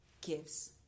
gives